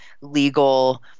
legal